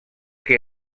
que